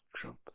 Trump